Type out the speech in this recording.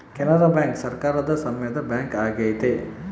Canara bank ಸರಕಾರದ ಸಾಮ್ಯದ bank ಆಗೈತೆ